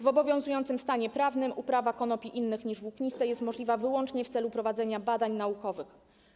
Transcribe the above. W obowiązującym stanie prawnym uprawa konopi innych niż włókniste jest możliwa wyłącznie w celu prowadzenia badań naukowych.